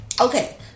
Okay